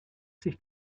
sich